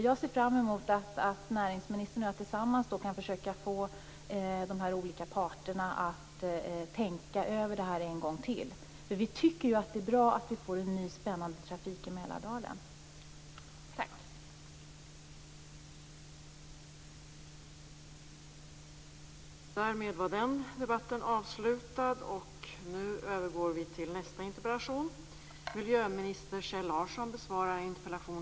Jag ser fram emot att näringsministern och jag tillsammans kan försöka att få de olika parterna att tänka över detta en gång till, för vi tycker ju att det är bra att vi får en ny, spännande trafik i Mälardalen.